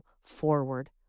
forward